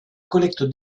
collecte